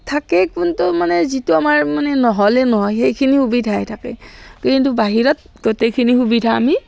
থাকে কোনটো মানে যিটো আমাৰ মানে নহ'লে নহয় সেইখিনি সুবিধাই থাকে কিন্তু বাহিৰত গোটেইখিনি সুবিধা আমি